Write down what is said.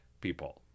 people